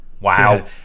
Wow